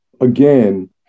again